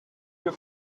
your